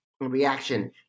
reaction